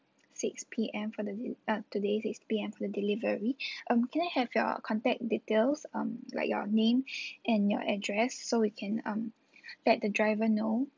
six P_M for the del~ uh today six P_M for the delivery um can I have your contact details um like your name and your address so we can um let the driver know